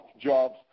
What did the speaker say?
jobs